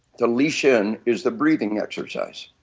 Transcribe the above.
the lesion is the breathing exercise